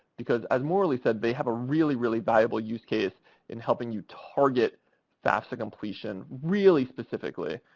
because, as morralee said, they have a really, really valuable use case in helping you target fafsa completion really specifically.